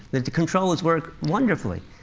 the controls work wonderfully.